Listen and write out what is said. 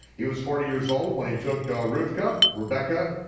he was forty years old when he took rivkah, rebekah,